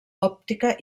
òptica